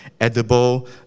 edible